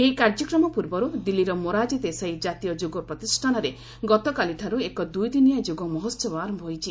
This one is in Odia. ଏହି କାର୍ଯ୍ୟକ୍ରମ ପୂର୍ବରୁ ଦିଲ୍ଲୀର ମୋରାରଜୀ ଦେଶାଇ ଜାତୀୟ ଯୋଗ ପ୍ରତିଷ୍ଠାନରେ ଗତକାଲି ଏକ ଦୁଇଦିନିଆ ଯୋଗ ମହୋତ୍ସବ ଆରମ୍ଭ ହୋଇଛି